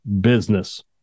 business